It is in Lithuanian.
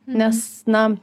nes na